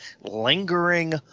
lingering